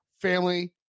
family